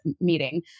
meeting